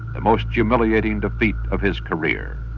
the most humiliating defeat of his career.